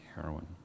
heroin